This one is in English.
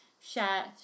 share